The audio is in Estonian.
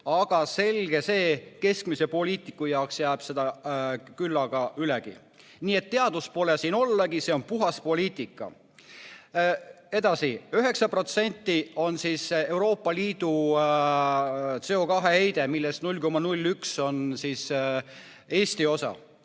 aga selge see, et keskmise poliitiku jaoks jääb seda küllaga ülegi. Nii et teadust pole siin ollagi, see on puhas poliitika. Edasi, 9% on Euroopa Liidu CO2heide, millest 0,01 on siis Eesti osa.